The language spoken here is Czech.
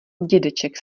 dědeček